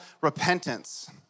repentance